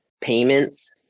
payments